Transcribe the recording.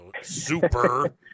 super